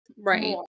Right